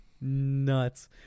Nuts